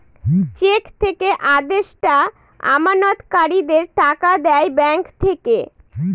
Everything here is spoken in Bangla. চেক থেকে আদেষ্টা আমানতকারীদের টাকা দেয় ব্যাঙ্ক থেকে